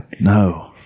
No